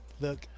Look